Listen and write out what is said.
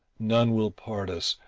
none will part us,